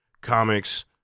comics-